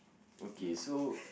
okay so